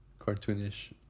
cartoonish